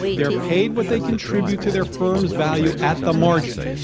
they are paid what they contribute to their firm's value at the margin.